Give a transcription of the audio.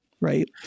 Right